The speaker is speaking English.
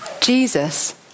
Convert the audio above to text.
Jesus